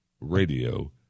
Radio